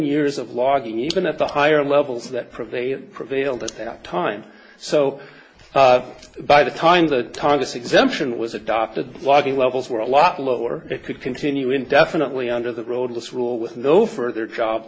years of logging even at the higher levels that prevailed prevailed as that time so by the time the tongass exemption was adopted logging levels were a lot lower it could continue indefinitely under the roadless rule with no further job